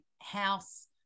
house